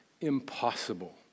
impossible